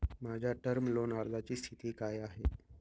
माझ्या term loan अर्जाची स्थिती काय आहे?